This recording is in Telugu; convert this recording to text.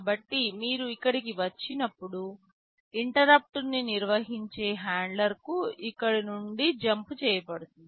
కాబట్టి మీరు ఇక్కడకు వచ్చినప్పుడు ఇంటరుప్పుట్ న్ని నిర్వహించే హ్యాండ్లర్ కు ఇక్కడి నుండి జంప్ చేయబడుతుంది